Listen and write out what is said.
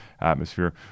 atmosphere